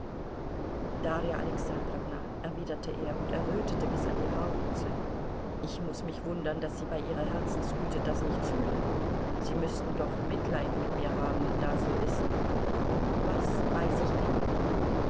darja alexandrowna erwiderte er und errötete bis an die haarwurzeln ich muß mich wundern daß sie bei ihrer herzensgüte das nicht fühlen sie müßten doch mitleid mit mir haben da sie wissen was weiß ich denn